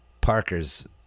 Parker's